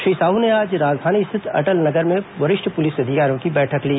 श्री साह ने आज राजधानी स्थित अटल नगर में वरिष्ठ पुलिस अधिकारियों की बैठक ली